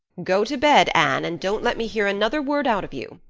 go to bed, anne, and don't let me hear another word out of you.